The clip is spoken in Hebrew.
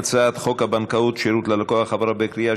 הצעת חוק הבנקאות (שירות ללקוח) עברה בקריאה